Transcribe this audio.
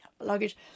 luggage